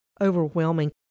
Overwhelming